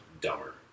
dumber